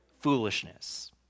foolishness